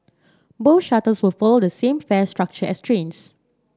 both shuttles will follow the same fare structure as trains